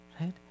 right